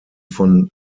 von